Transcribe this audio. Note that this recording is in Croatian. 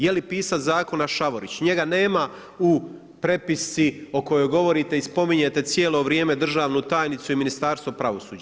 Je li pisac zakona Šavorić, njega nema u prepisci o kojoj govorite i spominjete cijelo vrijeme, državnu tajnicu i Ministarstvo pravosuđa.